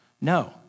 No